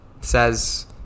says